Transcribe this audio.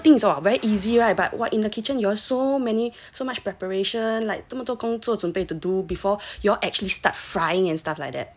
来不简单啊我觉得 !wah! people think is all very easy right but !wah! in the kitchen you got so many so much preparation like 这么多工作准备 to do before y'all actually start frying and stuff like that